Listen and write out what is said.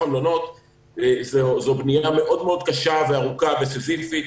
המלונות זו בנייה מאוד מאוד קשה וארוכה וסיזיפית.